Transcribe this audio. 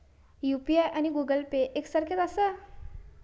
UPI आणि Google Pay एक सारख्याच आसा?